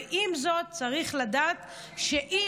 ועם זאת צריך לדעת שאי-אפשר,